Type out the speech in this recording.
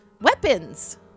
weapons